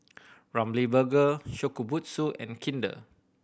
Ramly Burger Shokubutsu and Kinder